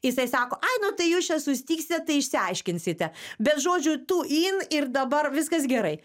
jisai sako ai nu tai jūs čia susitiksit tai išsiaiškinsite bet žodžiu tų in ir dabar viskas gerai